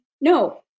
No